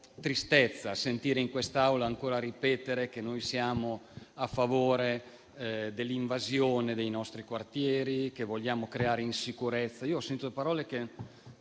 tristezza sentire in quest'Aula ancora ripetere che noi siamo a favore dell'invasione dei nostri quartieri, che vogliamo creare insicurezza. Ho sentito parole